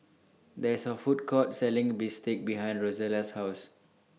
There IS A Food Court Selling Bistake behind Rozella's House